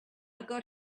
got